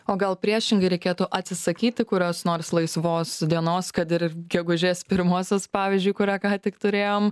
o gal priešingai reikėtų atsisakyti kurios nors laisvos dienos kad ir gegužės pirmosios pavyzdžiui kurią ką tik turėjom